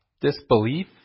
disbelief